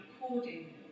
recording